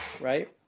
right